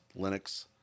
Linux